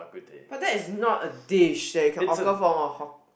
but that is not a dish that you can order from a hawker